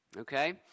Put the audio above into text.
okay